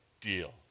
deal